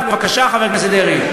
בבקשה, חבר הכנסת דרעי.